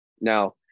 Now